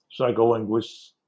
psycholinguists